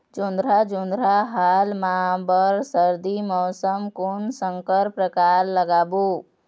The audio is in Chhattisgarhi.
जोंधरा जोन्धरा हाल मा बर सर्दी मौसम कोन संकर परकार लगाबो?